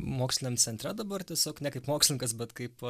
moksliniam centre dabar tiesiog ne kaip mokslininkas bet kaip